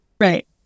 Right